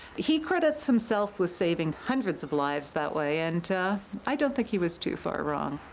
he credits himself with saving hundreds of lives that way and i don't think he was too far wrong.